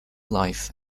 life